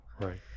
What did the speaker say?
Right